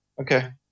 Okay